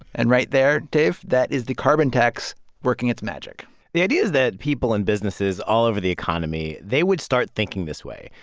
and right there, dave, that is the carbon tax working its magic the idea is that people and businesses all over the economy they would start thinking this way,